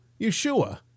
Yeshua